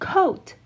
Coat